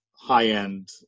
high-end